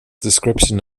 description